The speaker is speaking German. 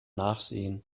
nachsehen